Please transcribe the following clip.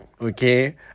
Okay